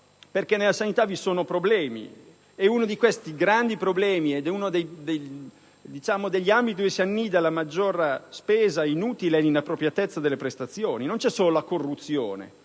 perché nella sanità vi sono grandi problemi e uno di questi, uno degli ambiti dove si annida la maggiore spesa inutile, è l'inappropriatezza delle prestazioni. Non c'è solo la corruzione